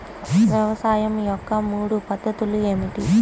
వ్యవసాయం యొక్క మూడు పద్ధతులు ఏమిటి?